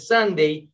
Sunday